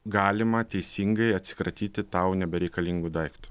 galima teisingai atsikratyti tau nebereikalingu daiktu